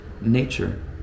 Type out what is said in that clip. nature